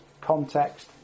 context